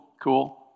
cool